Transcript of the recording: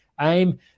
aim